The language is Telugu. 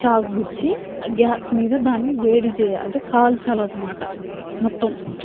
చాకు గుచ్చి ఆ గ్యాస్ మీద దానిని వేడి చెయ్యాలి అంటే కాల్చాలి అనమాట మొత్తం